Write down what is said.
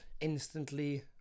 instantly